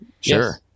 sure